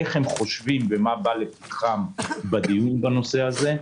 איך הם חושבים ומה בא לפתחם בדיון בנושא הזה.